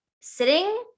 sitting